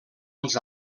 els